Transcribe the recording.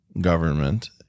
government